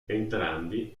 entrambi